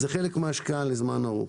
זה חלק מן ההשקעה לזמן ארוך.